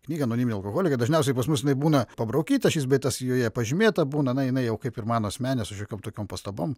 knygą anoniminiai alkoholikai dažniausiai pas jinai būna pabraukyta šis bei tas joje pažymėta būna na jinai jau kaip ir mano asmeninė su šiokiom tokiom pastabom